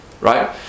right